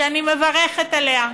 שאני מברכת עליה,